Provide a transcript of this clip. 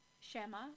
Shema